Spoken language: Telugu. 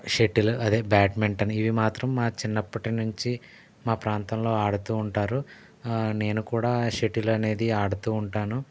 షటిల్ అదే బ్యాడ్మింటను ఇవి మాత్రము మా చిన్నపాటి నుంచి మా ప్రాంతంలో ఆడుతూ ఉంటారు నేను కూడా షటిల్ అనేది ఆడుతూ ఉంటాను